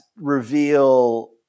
reveal